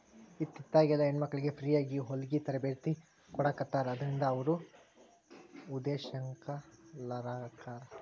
ಇತ್ತಿತ್ಲಾಗೆಲ್ಲಾ ಹೆಣ್ಮಕ್ಳಿಗೆ ಫ್ರೇಯಾಗಿ ಹೊಲ್ಗಿ ತರ್ಬೇತಿ ಕೊಡಾಖತ್ತಾರ ಅದ್ರಿಂದ ಅವ್ರು ಉದಂಶೇಲರಾಕ್ಕಾರ